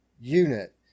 unit